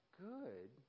good